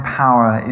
power